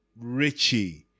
richie